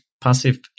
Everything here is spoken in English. passive